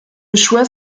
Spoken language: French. choix